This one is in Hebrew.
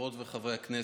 חברות וחברי הכנסת,